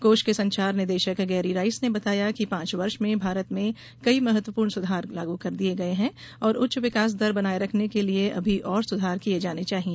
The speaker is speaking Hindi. कोष के संचार निदेशक गैरी राइस ने बताया कि पांच वर्ष में भारत में कई महत्वपूर्ण सुधार लागू किये गये है और उच्च विकास दर बनाये रखने के लिए अभी और सुधार किये जाने चाहिए